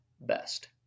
best